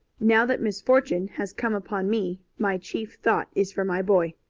now that misfortune has come upon me my chief thought is for my boy.